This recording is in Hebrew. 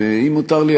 ואם מותר לי,